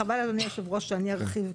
וחבל שאני ארחיב,